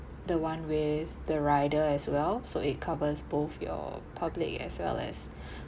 the one with the rider as well so it covers both your public as well as